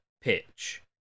pitch